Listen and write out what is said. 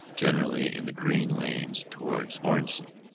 generally in the green lanes towards hornsey.